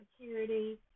Security